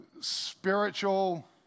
spiritual